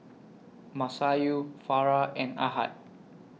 Masayu Farah and Ahad